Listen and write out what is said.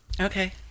okay